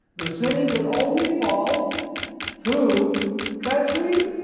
the city could only fall through treachery,